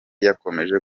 yakomeje